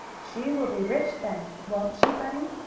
she will be rich, then, won't she, bunny?